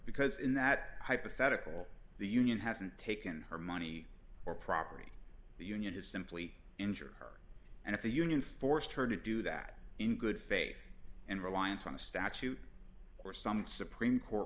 because in that hypothetical the union hasn't taken her money or property the union has simply injure her and if the union forced her to do that in good faith and reliance on the statute or some supreme court